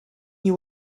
you